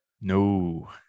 No